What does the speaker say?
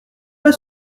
pas